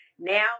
Now